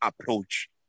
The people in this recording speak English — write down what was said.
approach